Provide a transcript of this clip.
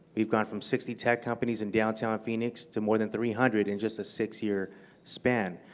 have gone from sixty tech companies in downtown phoenix to more than three hundred in just a six-year span.